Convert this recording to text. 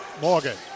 Morgan